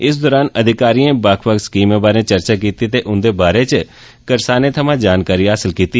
इस दरान अधिकारिएं बक्ख बक्ख स्कीमें बारे चर्चा कीती ते उंदे बारे च करसानें थमां जानकारी हासल कीती